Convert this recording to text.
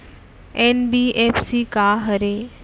NBFC का हरे?